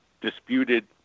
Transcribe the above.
disputed